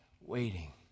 waiting